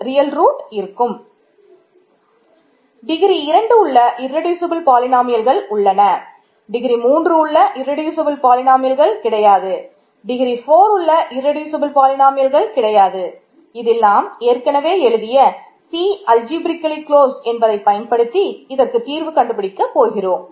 degree இரண்டு உள்ள irreducible என்பதை பயன்படுத்தி இதற்கு தீர்வு கண்டுபிடிக்க போகிறோம்